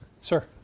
Sir